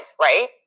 right